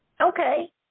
Okay